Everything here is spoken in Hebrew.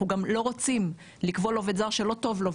אנחנו גם לא רוצים לכבול עובד זר שלא טוב לו,